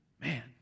Man